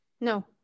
No